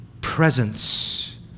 presence